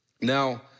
Now